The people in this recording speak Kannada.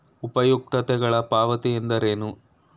ಉಪಯುಕ್ತತೆಗಳ ಪಾವತಿ ಎಂದರೇನು?